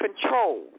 control